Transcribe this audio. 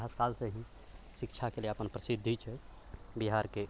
तऽ इतिहास कालसँ ही शिक्षाके लिए अपन प्रसिद्धि छै बिहारके